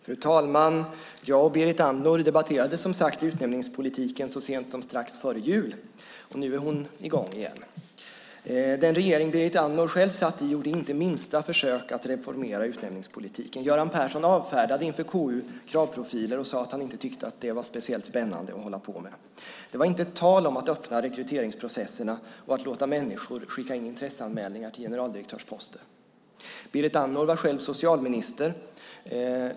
Fru talman! Jag och Berit Andnor debatterade som sagt utnämningspolitiken så sent som strax före jul, och nu är hon i gång igen. Den regering Berit Andnor själv satt i gjorde inte minsta försök att reformera utnämningspolitiken. Göran Persson avfärdade inför KU kravprofiler och sade att han inte tyckte att det var något speciellt spännande att hålla på med. Det var inte tal om att öppna rekryteringsprocesserna och att låta människor skicka in intresseanmälningar till generaldirektörsposter. Berit Andnor var själv socialminister.